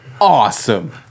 awesome